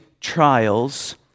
trials